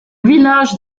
village